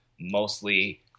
mostly